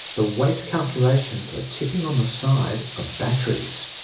the weight calculations are tipping on the side of batteries.